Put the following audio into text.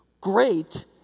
great